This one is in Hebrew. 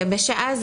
בשעה,